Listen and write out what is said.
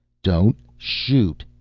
don't shoot!